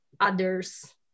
others